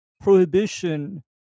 prohibition